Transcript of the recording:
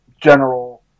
general